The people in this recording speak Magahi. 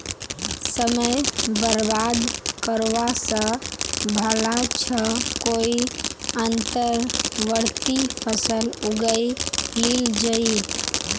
समय बर्बाद करवा स भला छ कोई अंतर्वर्ती फसल उगइ लिल जइ